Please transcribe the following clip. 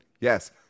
yes